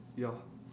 ya